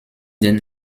den